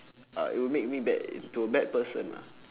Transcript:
uh it would make me bad to a bad person ah